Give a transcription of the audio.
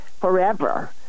forever